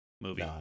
movie